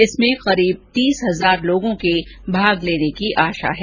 इसमें लगभग तीस हजार लोगों के भाग लेने की आशा है